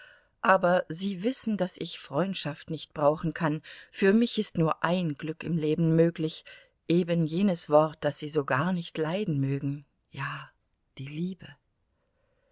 aber sie wissen daß ich freundschaft nicht brauchen kann für mich ist nur ein glück im leben möglich eben jenes wort das sie so gar nicht leiden mögen ja die liebe